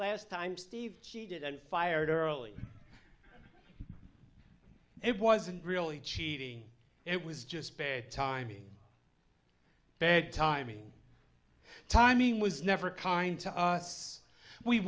last time steve cheated and fired early it wasn't really cheating it was just bad timing bad timing timing was never kind to us we